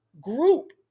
group